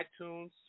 iTunes